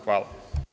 Hvala.